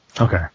okay